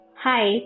Hi